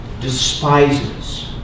despises